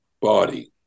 body